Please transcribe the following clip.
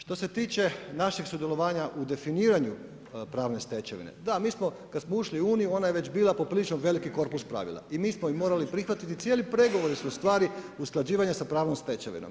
Što se tiče našeg sudjelovanja u definiranju pravne stečevine, da mi smo kad smo ušli u Uniju ona je već bila poprilično veliki korpus pravila i mi smo je morali prihvatiti, cijeli pregovori su ustvari usklađivanja sa pravnom stečevinom.